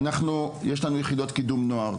יש לנו יחידות לקידום נוער,